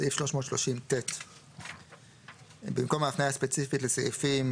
סעיף 330ט. במקום ההפניה הספציפית לסעיפים